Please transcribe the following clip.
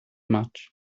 much